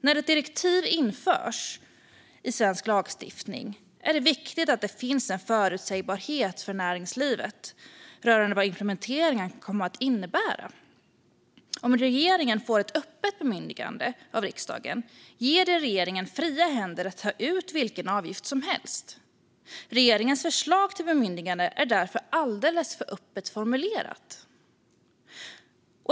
När ett direktiv införs i svensk lagstiftning är det viktigt att det finns en förutsägbarhet för näringslivet rörande vad implementeringen kommer att innebära. Om regeringen får ett öppet bemyndigande av riksdagen ger det regeringen fria händer att ta ut vilken avgift som helst. Regeringens förslag till bemyndigande är därför alldeles för öppet formulerat.